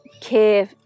care